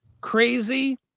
crazy